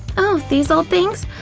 these old things?